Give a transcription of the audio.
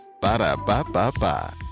ba-da-ba-ba-ba